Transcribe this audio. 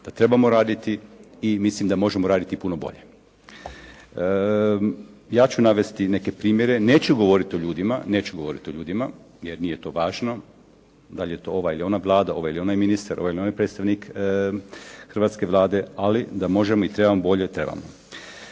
da trebamo raditi i mislim da možemo raditi puno bolje. Ja ću navesti neke primjere, neću govoriti o ljudima, jer nije to važno da li je to ova ili ona Vlada, ovaj ili onaj ministar, ovaj ili onaj predstavnik hrvatske Vlade, ali da možemo i trebamo bolje trebamo.